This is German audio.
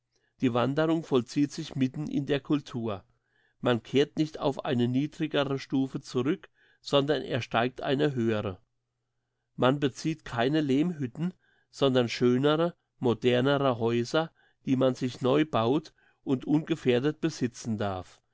die wanderung vollzieht sich mitten in der cultur man kehrt nicht auf eine niedrigere stufe zurück sondern ersteigt eine höhere man bezieht keine lehmhütten sondern schönere modernere häuser die man sich neu baut und ungefährdet besitzen darf